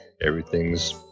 Everything's